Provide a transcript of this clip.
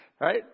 Right